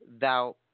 thou